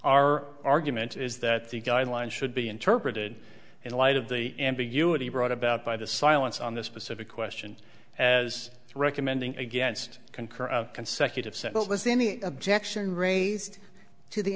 our argument is that the guidelines should be interpreted in light of the ambiguity brought about by the silence on this specific question as recommending against concur of consecutive sentences the any objection raised to the